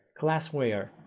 classware